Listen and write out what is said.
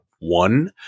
One